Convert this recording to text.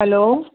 hello